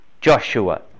Joshua